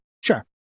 Sure